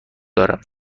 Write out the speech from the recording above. دارم